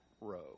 row